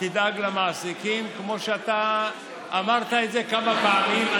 תדאג למעסיקים, כמו שאתה אמרת את זה כמה פעמים.